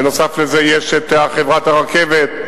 נוסף על זה יש חברת הרכבת,